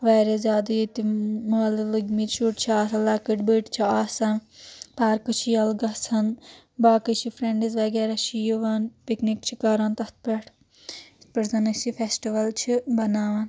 واریاہ زیادٟ ییٚتہِ مٲلہٕ لٔگۍمٕتۍ شُرۍ چھِ آسان لۄکٹۍ بٔڈۍ چھِ آسان پارکہٕ چھے یَلہٕ گژھان باقی چھِ فرینڈز وغیرہ چھِ یوان پکنک چھِ کران تتھ پؠٹھ یتھ پٲٹھۍ زنا اسہِ یہِ فیسٹول چھِ مناوان